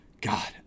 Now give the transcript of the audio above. God